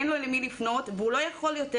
אין לו למי לפנות והוא לא יכול יותר